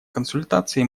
консультаций